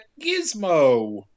Gizmo